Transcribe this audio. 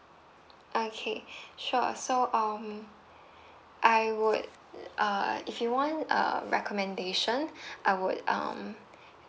okay sure so um I would uh if you want a recommendation I would um